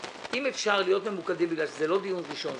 אם אפשר להיות ממוקדים כי זה לא דיון ראשון,